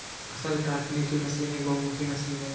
फ़सल काटने की मशीन एक बहुमुखी मशीन है